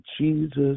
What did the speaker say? Jesus